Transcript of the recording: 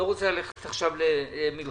אני לא רוצה ללכת עכשיו למלחמות.